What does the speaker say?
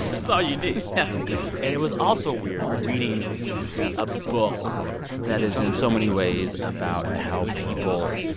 that's all you need yeah and it was also weird reading a book that is, in so many ways, about how people,